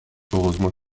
heureusement